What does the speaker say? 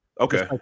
Okay